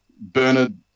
Bernard